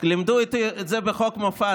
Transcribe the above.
לימדו אותי את זה בחוק מופז,